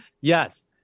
yes